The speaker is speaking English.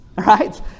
right